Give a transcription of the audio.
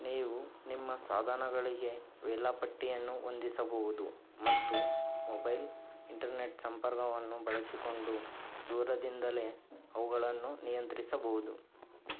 ನೀವು ನಿಮ್ಮ ಸಾಧನಗಳಿಗೆ ವೇಳಾಪಟ್ಟಿಯನ್ನು ಹೊಂದಿಸಬಹುದು ಮತ್ತು ಮೊಬೈಲ್ ಇಂಟರ್ನೆಟ್ ಸಂಪರ್ಕವನ್ನು ಬಳಸಿಕೊಂಡು ದೂರದಿಂದಲೇ ಅವುಗಳನ್ನು ನಿಯಂತ್ರಿಸಬಹುದು